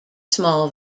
small